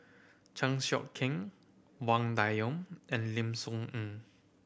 Chan Sek Keong Wang Dayuan and Lim Soo Ngee